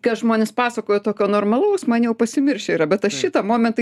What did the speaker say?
ką žmonės pasakojo tokio normalaus man jau pasimiršę yra bet aš šitą momentą